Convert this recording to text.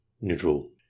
neutral